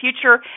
future